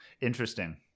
Interesting